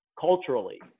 culturally